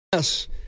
Yes